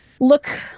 look